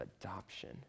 adoption